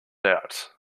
out